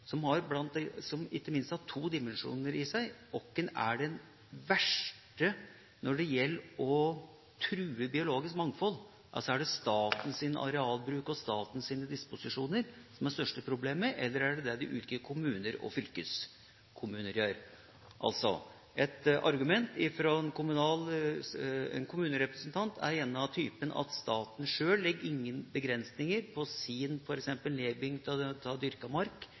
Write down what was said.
som ikke minst har to dimensjoner i seg: Hvem er den verste når det gjelder å true biologisk mangfold? Er det statens arealbruk og statens disposisjoner som er det største problemet, eller er det det de ulike kommuner og fylkeskommuner gjør? Et argument fra en kommunerepresentant er gjerne av typen: Staten sjøl legger ingen begrensninger på f.eks. sin nedbygging av dyrka mark